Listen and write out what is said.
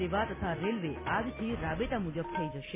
સેવા તથા રેલવે આજથી રાબેતા મુજબ થઇ જશે